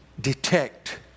detect